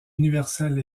universel